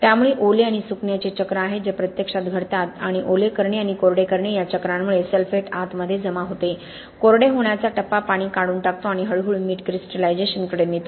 त्यामुळे ओले आणि सुकण्याचे चक्र आहेत जे प्रत्यक्षात घडतात आणि ओले करणे आणि कोरडे करणे या चक्रांमुळे सल्फेट आतमध्ये जमा होते कोरडे होण्याचा टप्पा पाणी काढून टाकतो आणि हळूहळू मीठ क्रिस्टलायझेशनकडे नेतो